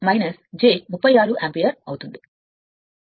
73 j 36యాంపియర్ అవుతుంది